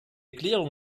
erklärung